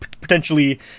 potentially